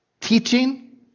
teaching